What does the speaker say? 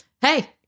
Hey